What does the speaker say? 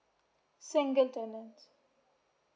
single tenant